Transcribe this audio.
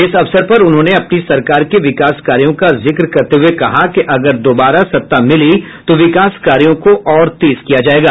इस अवसर पर उन्होंने अपनी सरकार के विकास कार्यों का जिक्र करते हुये कहा कि अगर दोबारा सत्ता मिली तो विकास कार्यों को और तेज किया जायेगा